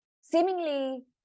seemingly